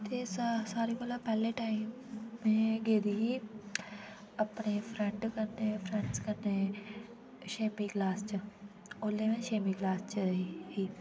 सारे सारे कोला पैह्ले टाइम मैं गेदी ही अपने फ्रेंड कन्ने फ्रेंड्स कन्ने छेमी क्लास च ओह्ले मैं छेमी क्लास च ही